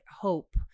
hope